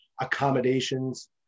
accommodations